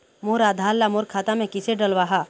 मोर आधार ला मोर खाता मे किसे डलवाहा?